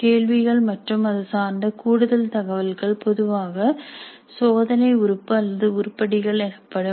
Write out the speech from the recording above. கேள்விகள் மற்றும் அது சார்ந்த கூடுதல் தகவல்கள் பொதுவாக சோதனை உறுப்பு அல்லது உருப்படிகள் எனப்படும்